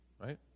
Right